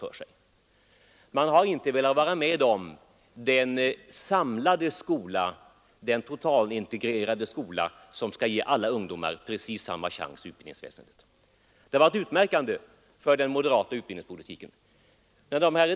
Moderaterna har inte velat vara med om den samlade skola som skall ge alla ungdomar precis samma chans inom utbildningsväsendet. Mina damer och herrar!